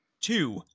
Two